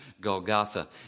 Golgotha